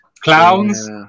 Clowns